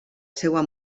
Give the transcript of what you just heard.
seva